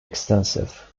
extensive